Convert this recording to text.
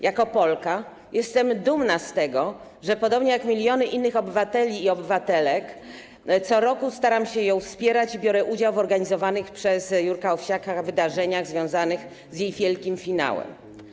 Jako Polka jestem dumna z tego, że podobnie jak miliony innych obywateli i obywatelek co roku staram się ją wspierać i biorę udział w organizowanych przez Jurka Owsiaka wydarzeniach związanych z jej wielkim finałem.